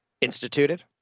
instituted